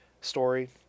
story